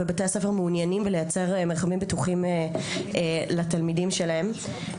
ומעוניינים לייצר מרחבים בטוחים לתלמידים שלהם.